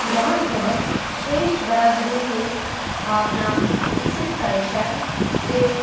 રમત ગમત શ્રેષ્ઠ બરાબરીની ભાવના વિકસિત કરે છે જે